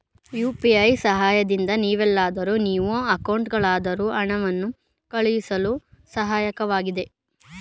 UPI ಸಹಾಯದಿಂದ ನೀವೆಲ್ಲಾದರೂ ನೀವು ಅಕೌಂಟ್ಗಾದರೂ ಹಣವನ್ನು ಕಳುಹಿಸಳು ಸಹಾಯಕವಾಗಿದೆ